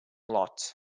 lots